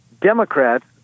Democrats